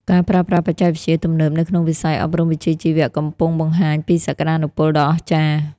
ការប្រើប្រាស់បច្ចេកវិទ្យាទំនើបនៅក្នុងវិស័យអប់រំវិជ្ជាជីវៈកំពុងបង្ហាញពីសក្តានុពលដ៏អស្ចារ្យ។